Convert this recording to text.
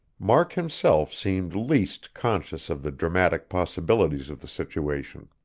mark himself seemed least conscious of the dramatic possibilities of the situation.